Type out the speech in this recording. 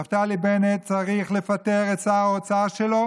נפתלי בנט צריך לפטר את שר האוצר שלו